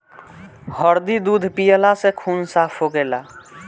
हरदी दूध पियला से खून साफ़ होखेला